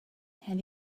have